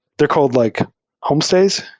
they're called like home stays.